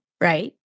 right